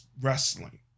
wrestling